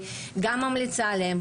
וגם ממליצה להם,